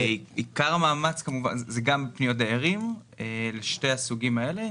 זה גם פניות דיירים לשני הסוגים האלה.